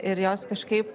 ir jos kažkaip